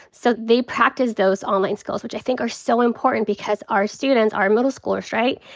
so they practiced those online skills which i think are so important. because our students, our middle schoolers, right,